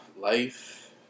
life